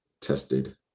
tested